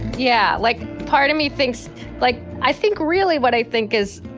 yeah, like part of me thinks like i think really what i think is